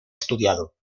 estudiado